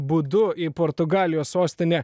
būdu į portugalijos sostinę